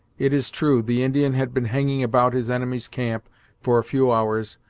it is true, the indian had been hanging about his enemy's camp for a few hours,